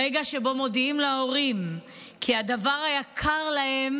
הרגע שבו מודיעים להורים כי הדבר היקר להם